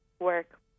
work